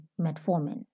metformin